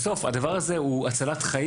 בסוף הדבר הזה הוא הצלת חיים